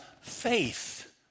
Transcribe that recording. faith